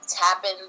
Tapping